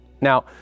Now